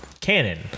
canon